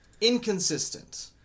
inconsistent